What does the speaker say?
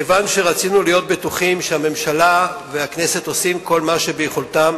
כיוון שרצינו להיות בטוחים שהממשלה והכנסת עושות כל מה שביכולתן,